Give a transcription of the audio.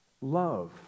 Love